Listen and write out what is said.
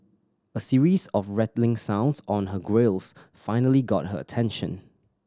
a series of rattling sounds on her grilles finally got her attention